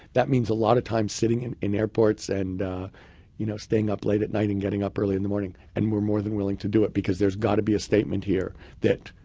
that means a lot of times sitting in in airports and you know staying up late at night and getting up early in the morning. and we're more than willing to do it, because there's got to be a statement here that